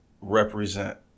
represent